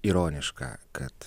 ironiška kad